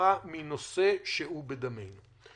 בנושא שהוא בדמנו.